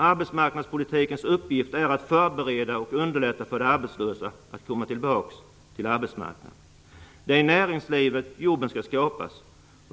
Arbetsmarknadspolitikens uppgift är att förbereda och underlätta för de arbetslösa att komma tillbaka till arbetsmarknaden. Det är i näringslivet som jobben skall skapas.